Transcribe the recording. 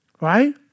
Right